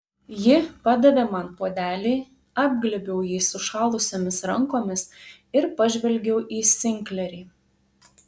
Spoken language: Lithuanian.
ji padavė man puodelį apglėbiau jį sušalusiomis rankomis ir pažvelgiau į sinklerį